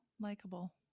likable